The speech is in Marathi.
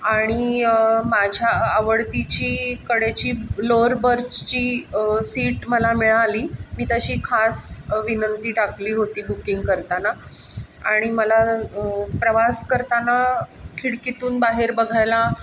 आणि माझ्या आवडतीची कडेची लोअर बर्तची सीट मला मिळाली मी तशी खास विनंती टाकली होती बुकिंग करताना आणि मला प्रवास करताना खिडकीतून बाहेर बघायला